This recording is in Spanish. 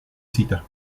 cita